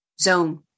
zone